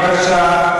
בבקשה,